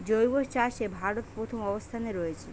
জৈব চাষে ভারত প্রথম অবস্থানে রয়েছে